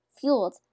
fueled